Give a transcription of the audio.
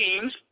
teams